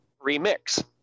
remix